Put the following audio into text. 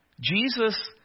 Jesus